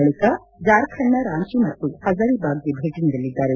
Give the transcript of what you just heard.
ಬಳಿಕ ಜಾರ್ಖಂಡ್ನ ರಾಂಚಿ ಮತ್ತು ಹಜರಿಬಾಗ್ಗೆ ಭೇಟ ನೀಡಲಿದ್ದಾರೆ